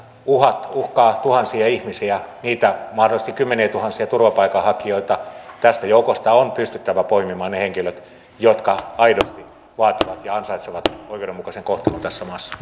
uhat uhkaavat tuhansia ihmisiä niitä mahdollisesti kymmeniätuhansia turvapaikanhakijoita tästä joukosta on pystyttävä poimimaan ne henkilöt jotka aidosti vaativat ja ansaitsevat oikeudenmukaisen kohtelun tässä maassa